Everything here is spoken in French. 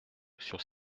sur